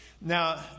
Now